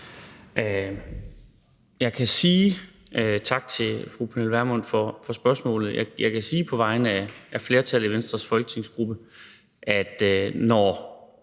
Lauritzen (V): Tak til fru Pernille Vermund for spørgsmålet. Jeg kan sige på vegne af flertallet i Venstres folketingsgruppe, at når